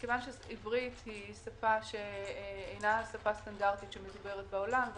כיוון שעברית היא שפה שאינה סטנדרטית שמדוברת בעולם,